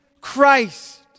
Christ